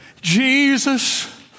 Jesus